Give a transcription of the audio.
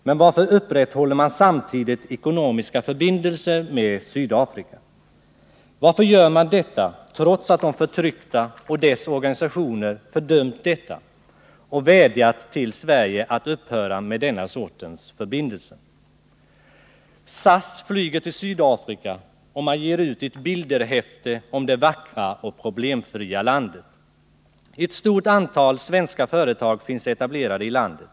Men varför upprätthåller man samtidigt ekonomiska förbindelser med Sydafrika — trots att de förtryckta och deras organisationer fördömt detta och vädjar till bl.a. Sverige att upphöra med denna sorts förbindelser? SAS flyger på Sydafrika, och man ger ut ett bildhäfte om det vackra och problemfria landet. Ett stort antal svenska företag finns etablerade i landet.